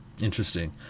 Interesting